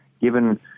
given